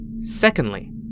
Secondly